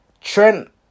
Trent